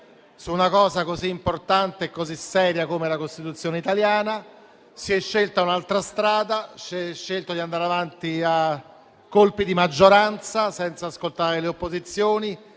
su una cosa così importante e così seria come la Costituzione italiana. Si è scelta un'altra strada, si è scelto di andare avanti a colpi di maggioranza, senza ascoltare le opposizioni.